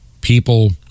People